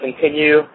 continue